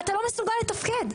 אתה לא מסוגל לתפקיד.